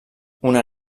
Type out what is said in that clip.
una